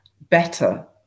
better